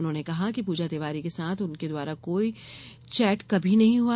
उन्होंने कहा कि पूजा तिवारी के साथ उनके द्वारा ऐसा कोई चैट कभी नहीं हुआ